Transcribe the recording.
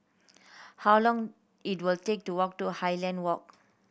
how long it will take to walk to Highland Walk